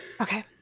Okay